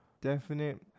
definite